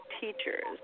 teachers